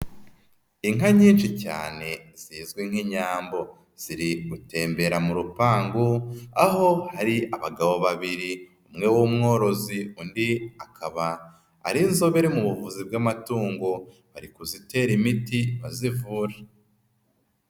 Inka nyinshi cyane zizwi nk'Inyambo ziri gutembera mu rupangu, aho hari abagabo babiri, umwe w'umworozi undi akaba ari inzobere mu buvuzi bw'amatungo bari kuzitera imiti bazivura.